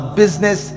business